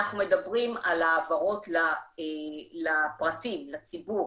אנחנו מדברים על העברות לפרטים, לציבור,